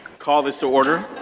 call this to order.